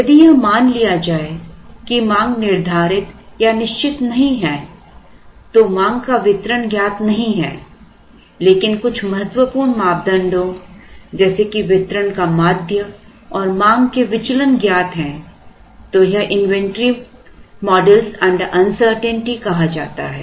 यदि यह मान लिया जाए कि मांग निर्धारित या निश्चित नहीं है तो मांग का वितरण ज्ञात नहीं है लेकिन कुछ महत्वपूर्ण मापदंडों जैसे कि वितरण का माध्य और मांग के विचलन ज्ञात हैं तो यह इन्वेंटरी मॉडलअंडर अनसर्टेंटी कहा जाता है